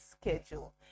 schedule